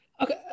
okay